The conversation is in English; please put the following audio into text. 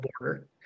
border